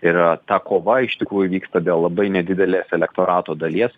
ir ta kova iš tikrųjų vyksta dėl labai nedidelės elektorato dalies